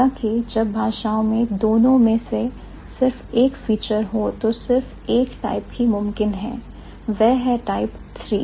हालांकि जब भाषाओं में दोनों में से सिर्फ एक फीचर हो तो सिर्फ एक टाइप ही मुमकिन है वह है टाइप III